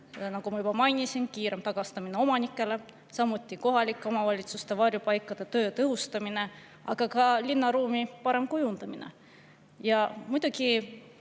on] loomade kiirem tagastamine omanikele, samuti kohalike omavalitsuste varjupaikade töö tõhustamine, aga ka linnaruumi parem kujundamine. Muidugi